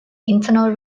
internal